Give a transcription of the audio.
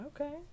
Okay